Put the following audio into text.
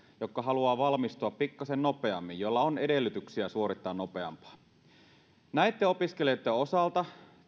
jotka haluavat valmistua pikkuisen nopeammin joilla on edellytyksiä suorittaa nopeammin näitten opiskelijoitten osalta